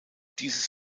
dieses